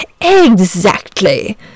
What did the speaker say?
Exactly